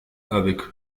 avec